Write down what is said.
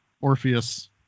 Orpheus